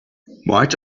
might